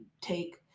take